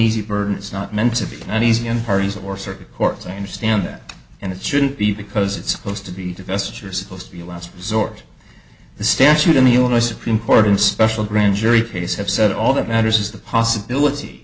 easy burden it's not meant to be an easy and parties or circuit court same stand that and it shouldn't be because it's supposed to be divestiture supposed to be a last resort the statute in the illinois supreme court in special grand jury case have said all that matters is the possibility